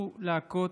חוק